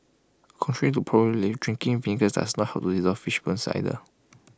contrary to popular belief drinking vinegar does not help to dissolve fish bones either